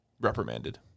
reprimanded